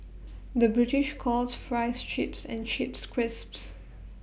the British calls Fries Chips and Chips Crisps